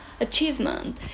achievement